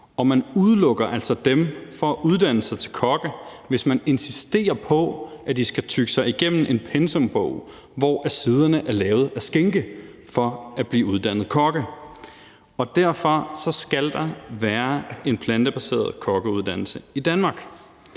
man udelukker altså dem fra at uddanne sig til kokke, hvis man insisterer på, at de for at blive uddannede kokke skal tygge sig igennem en pensumbog, hvor siderne er lavet af skinke. Derfor skal der være en plantebaseret kokkeuddannelse i Danmark.